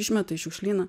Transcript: išmeta į šiukšlyną